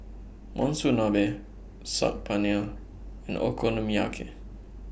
Monsunabe Saag Paneer and Okonomiyaki